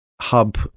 hub